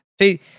See